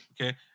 okay